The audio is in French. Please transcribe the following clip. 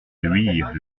luire